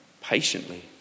patiently